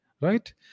right